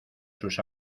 sus